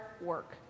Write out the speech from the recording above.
work